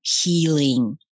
healing